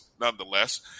nonetheless